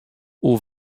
oer